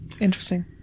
Interesting